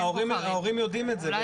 ההורים יודעים את זה,